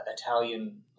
Italian